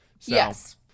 Yes